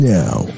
now